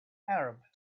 arab